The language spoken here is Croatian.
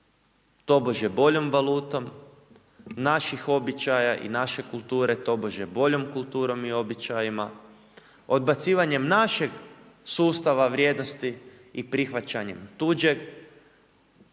tobože boljom valutom, naših običaja i naše kulture tobože boljom kulturom i običajima. Odbacivanjem našeg sustava vrijednosti i prihvaćanjem tuđeg,